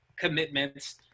commitments